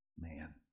man